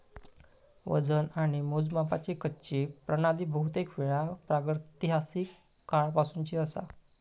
वजन आणि मोजमापाची कच्ची प्रणाली बहुतेकवेळा प्रागैतिहासिक काळापासूनची असता